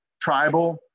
tribal